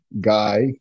guy